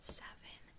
seven